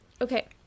Okay